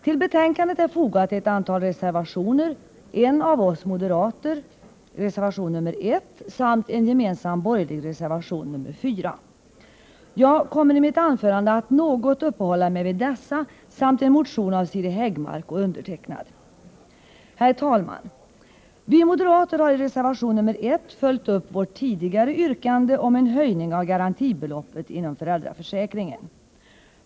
Till betänkandet har fogats ett antal reservationer, en av oss moderater, reservation nr 1, samt en gemensam borgerlig, reservation nr 4. Jag kommer i mitt anförande att något uppehålla mig vid dessa samt en motion av Siri Häggmark och mig. Herr talman! Vi moderater har i reservation nr 1 följt upp vårt tidigare yrkande om en höjning av garantibeloppet inom föräldraförsäkringen.